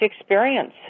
experience